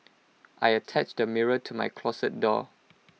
I attached A mirror to my closet door